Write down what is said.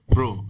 Bro